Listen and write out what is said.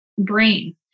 brain